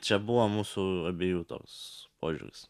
čia buvo mūsų abiejų toks požiūris